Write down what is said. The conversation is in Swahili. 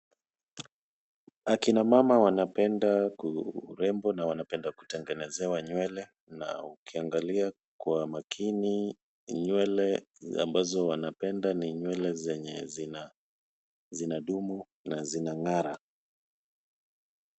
Akina mama wanapenda urembo na wanapenda kutengenezewa nywele na ukiangalia kwa makini, nywele ambazo wanapenda ni nywele zenye zinadumu na zinang'ara.